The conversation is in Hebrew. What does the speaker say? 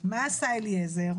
מה עשה אליעזר?